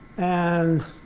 and